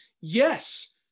Yes